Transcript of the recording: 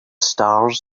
stars